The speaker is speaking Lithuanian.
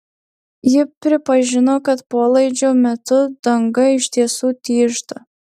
ji pripažino kad polaidžio metu danga iš tiesų tyžta